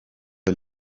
est